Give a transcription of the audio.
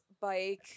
bike